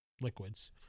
liquids